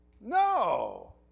No